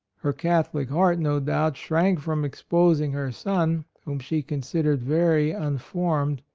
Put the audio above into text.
her catholic heart, no doubt, shrank from exposing her son, whom she considered very unformed,